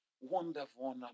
wonderful